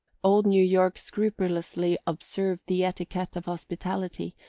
old new york scrupulously observed the etiquette of hospitality,